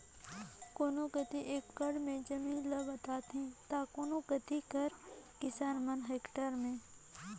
कोनो कती एकड़ में जमीन ल बताथें ता कोनो कती कर किसान मन हेक्टेयर में